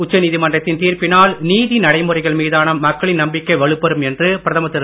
உச்சநீதிமன்றத்தின் தீர்ப்பினால் நீதி நடைமுறைகள் மீதான மக்களின் நம்பிக்கை வலுப்பெறும் என்று பிரதமர் திரு